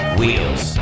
wheels